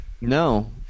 no